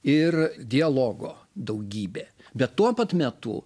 ir dialogo daugybė bet tuo pat metu